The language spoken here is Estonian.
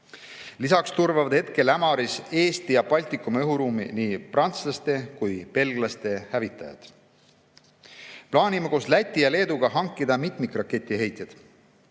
Lisaks turvavad Ämaris Eesti ja Baltikumi õhuruumi nii prantslaste kui ka belglaste hävitajad. Plaanime koos Läti ja Leeduga hankida mitmikraketiheitjaid.